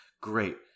great